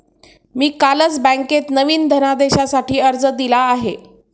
मी कालच बँकेत नवीन धनदेशासाठी अर्ज दिला आहे